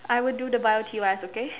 I would do the Bio T_Ys okay